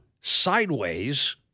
sideways